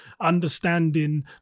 understanding